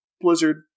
Blizzard